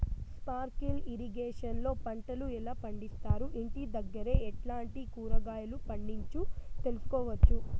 Sprinkle irrigation లో పంటలు ఎలా పండిస్తారు, ఇంటి దగ్గరే ఎట్లాంటి కూరగాయలు పండించు తెలుసుకోవచ్చు?